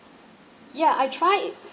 yeah I try it